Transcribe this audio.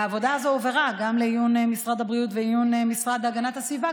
העבודה הזאת הועברה גם לעיון משרד הבריאות ולעיון המשרד להגנת הסביבה,